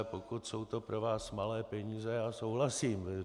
Pokud jsou to pro vás malé peníze, já souhlasím.